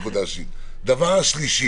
והאחרון,